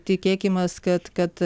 tikėkimės kad kad